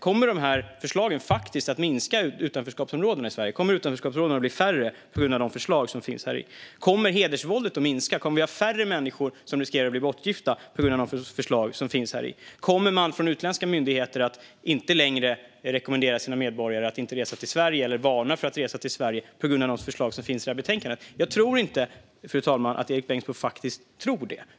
Kommer förslagen att minska utanförskapsområdena i Sverige? Blir de färre tack vare de förslag som finns här? Kommer hedersvåldet att minska? Riskerar färre människor att bli bortgifta på grund av de förslag som finns här? Kommer utländska myndigheter att sluta rekommendera sina medborgare att inte resa till Sverige eller inte längre att varna dem från att resa till Sverige på grund av de förslag som finns i betänkandet? Jag tror inte, fru talman, att Erik Bengtzboe tror det.